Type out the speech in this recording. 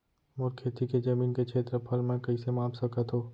मोर खेती के जमीन के क्षेत्रफल मैं कइसे माप सकत हो?